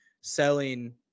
selling